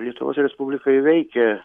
lietuvos respublikoj veikia